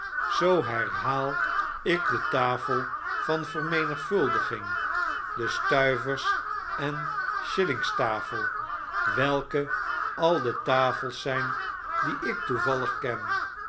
tehouden zooherhaal ik de tafel van vermenigvuldiging de stuiversen shillingstafel welke al de tafels zyn dieik toevallig ken